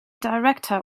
director